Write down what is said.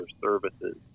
services